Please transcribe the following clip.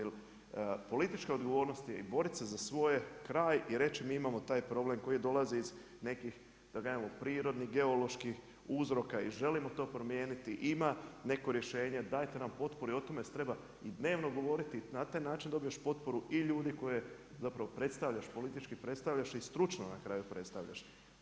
Jer politička odgovornost je i borit se za svoj kraj i reći mi imamo taj problem koji dolazi iz nekih prirodnih, geoloških uzorka i želimo to promijeniti, ima neko rješenje, dajte nam potporu i o tome se treba i dnevno govoriti, na taj način dobiješ potporu i ljudi koje zapravo predstavljaš politički i stručno na kraju predstavljaš.